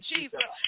Jesus